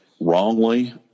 wrongly